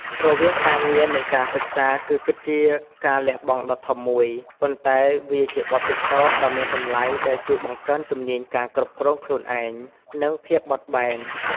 រវាងការងារ និងការសិក្សាគឺពិតជាការលះបង់ដ៏ធំមួយ ប៉ុន្តែវាជាបទពិសោធន៍ដ៏មានតម្លៃដែលជួយបង្កើនជំនាញការគ្រប់គ្រងខ្លួនឯង និងភាពបត់បែន។